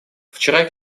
вчера